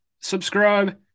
subscribe